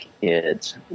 kids